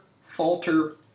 Falter